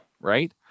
Right